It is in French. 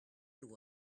loi